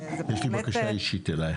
יש לי בקשה אלייך.